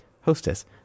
Hostess